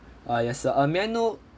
ah yes sir uh may I know